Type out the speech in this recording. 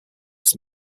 its